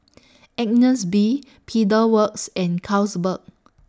Agnes B Pedal Works and Carlsberg